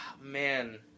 man